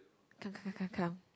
come come come come